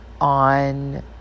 on